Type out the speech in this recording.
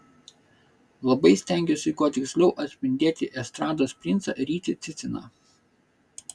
labai stengiausi kuo tiksliau atspindėti estrados princą rytį ciciną